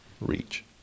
reach